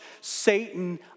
Satan